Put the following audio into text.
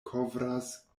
kovras